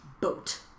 Boat